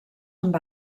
amb